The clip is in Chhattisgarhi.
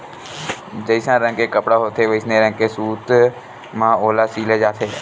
जइसन रंग के कपड़ा होथे वइसने रंग के सूत म ओला सिले जाथे